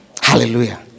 Hallelujah